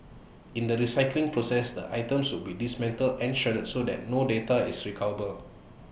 in the recycling process the items will be dismantled and shredded so that no data is recoverable